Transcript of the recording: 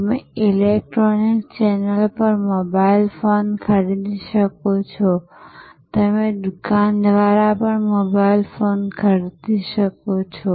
તમે electronic channel પર mobile phone ખરીદી શકો છો તમે દૂકાન દ્વારા મોબાઇલ ફોન ખરીદી શકો છો